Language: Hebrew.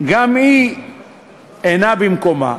גם היא אינה במקומה,